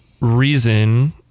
reason